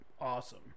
awesome